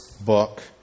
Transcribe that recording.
book